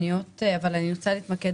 אבל אני רוצה להתמקד